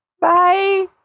Bye